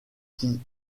qui